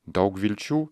daug vilčių